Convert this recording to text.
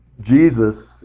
Jesus